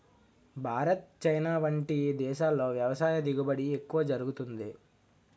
Bharat, China వంటి దేశాల్లో వ్యవసాయ దిగుబడి ఎక్కువ జరుగుతుంది